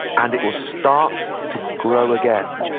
and it will start to grow again.